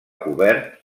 cobert